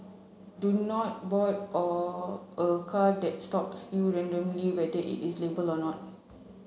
do not board or a car that's stop still randomly whether it is labelled or not